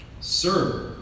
Sir